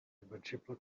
invencible